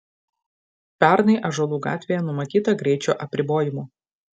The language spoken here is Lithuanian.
pernai ąžuolų gatvėje numatyta greičio apribojimų